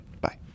Bye